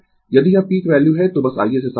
यदि यह peak value है बस आइये इसे साफ करें